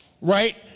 right